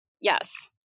yes